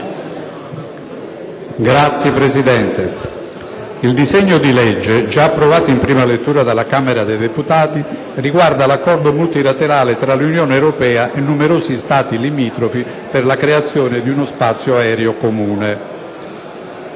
legge n. 2110** Il disegno di legge in titolo, già approvato in prima lettura dalla Camera dei deputati, riguarda l'accordo multilaterale tra Unione europea e numerosi Stati limitrofi per la creazione di uno spazio aereo comune.